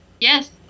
Yes